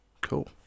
Cool